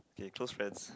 K close friends